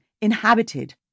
inhabited